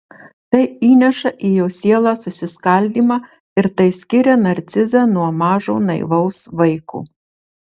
tai įneša į jo sielą susiskaldymą ir tai skiria narcizą nuo mažo naivaus vaiko